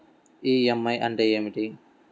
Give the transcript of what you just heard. EMI అంటే ఏమిటి?